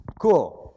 cool